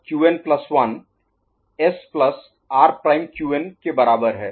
यह Qn plus 1 Qn1 S plus R prime Qn R'Qn के बराबर है